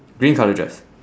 green colour dress